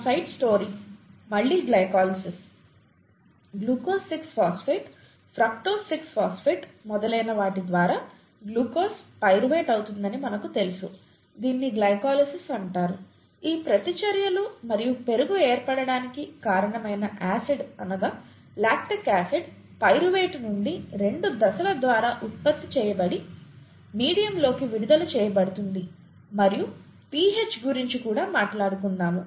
side story మళ్లీ glycolysis glucose 6 phosphate fructose 6 phosphate మొదలైన వాటి ద్వారా గ్లూకోజ్ పైరువేట్ అవుతుందని మనకు తెలుసు దీనిని గ్లైకోలిసిస్ అంటారు ఈ ప్రతిచర్యలు మరియు పెరుగు ఏర్పడడానికి కారణమైన యాసిడ్ అనగా లాక్టిక్ యాసిడ్ పైరువేట్ నుండి రెండు దశల ద్వారా ఉత్పత్తి చేయబడి మీడియంలోకి విడుదల చేయబడుతుంది మరియు pH గురించి కూడా మాట్లాడుకుందాము